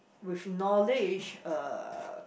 with knowledge uh